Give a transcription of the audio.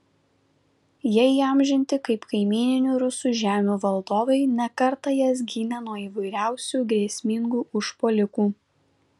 jie įamžinti kaip kaimyninių rusų žemių valdovai ne kartą jas gynę nuo įvairių grėsmingų užpuolikų